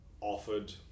offered